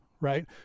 right